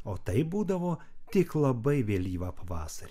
o taip būdavo tik labai vėlyvą vasarą